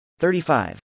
35